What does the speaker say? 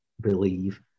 Believe